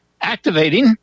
activating